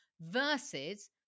versus